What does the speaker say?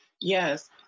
Yes